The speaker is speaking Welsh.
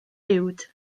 uwd